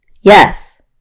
Yes